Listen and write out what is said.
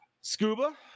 Scuba